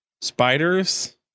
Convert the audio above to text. spiders